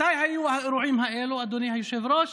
מתי היו האירועים האלו, אדוני היושב-ראש?